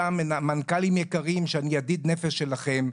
אותם מנכ"לים שאני ידיד נפש שלכם,